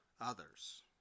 others